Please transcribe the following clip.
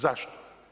Zašto?